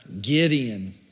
Gideon